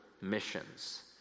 missions